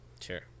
sure